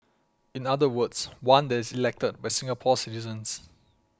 in other words one that is elected by Singapore citizens